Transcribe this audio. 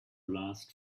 last